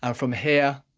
um from here